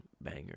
banger